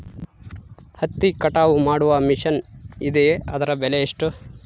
ಹತ್ತಿ ಕಟಾವು ಮಾಡುವ ಮಿಷನ್ ಇದೆಯೇ ಅದರ ಬೆಲೆ ಎಷ್ಟು?